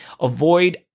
Avoid